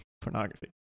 pornography